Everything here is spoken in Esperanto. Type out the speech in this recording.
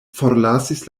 forlasis